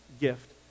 gift